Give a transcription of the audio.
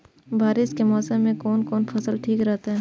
बारिश के मौसम में कोन कोन फसल ठीक रहते?